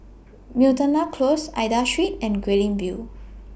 Miltonia Close Aida Street and Guilin View